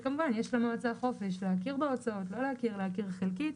כמובן שיש למועצה חופש להכיר בהוצאות או לא להכיר או להכיר חלקית,